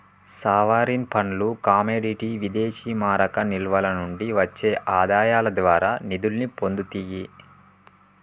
sovereign ఫండ్లు commodity విదేశీమారక నిల్వల నుండి వచ్చే ఆదాయాల ద్వారా నిధుల్ని పొందుతియ్యి